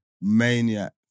Maniac